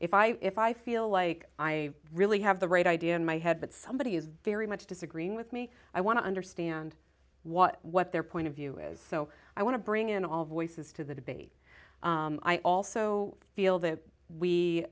if i if i feel like i really have the right idea in my head but somebody is very much disagreeing with me i want to understand what what their point of view is so i want to bring in all voices to the debate i also feel that we